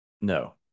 No